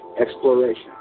exploration